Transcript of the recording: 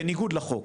בניגוד לחוק,